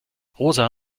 rosa